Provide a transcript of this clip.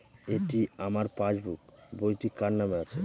এটি আমার পাসবুক বইটি কার নামে আছে?